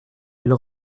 ils